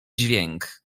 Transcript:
dźwięk